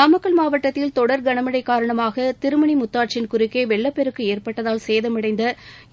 நாமக்கல் மாவட்டத்தில் தொடர் கனமழழ காரணமாக திருமணி முத்தாற்றின் குறுக்கே வெள்ளப்பெருக்கு ஏற்பட்டதால் சேதமடைந்த